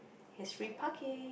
cause free parking